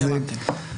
הבנתי.